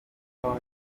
ariko